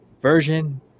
version